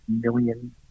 million